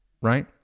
right